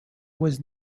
was